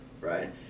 right